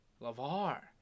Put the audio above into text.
lavar